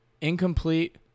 incomplete